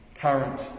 current